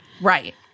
Right